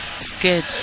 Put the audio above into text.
scared